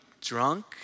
drunk